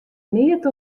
neat